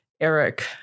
Eric